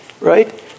right